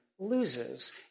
Loses